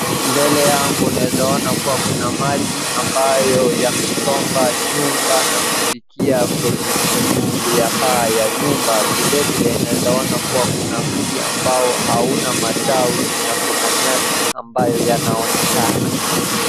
Mbele yangu naeza ona kuwa kuna maji ambayo yamesomba nyumba na kufikia kwenye juu ya paa ya nyumba. Vile vile naeza ona kuwa kuna mti ambao hauna matawi na kuna nyasi ambayo yanaonekana.